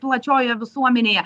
plačiojoje visuomenėje